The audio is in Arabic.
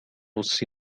السن